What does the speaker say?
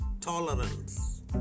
tolerance